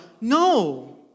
No